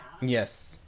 yes